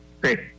Great